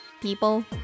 people